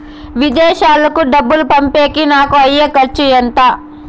విదేశాలకు డబ్బులు పంపేకి నాకు అయ్యే ఖర్చు ఎంత?